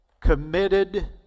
committed